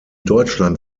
deutschland